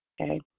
okay